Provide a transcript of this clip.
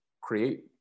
Create